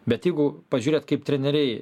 bet jeigu pažiūrėt kaip treneriai